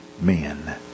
men